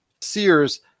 Sears